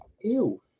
Ew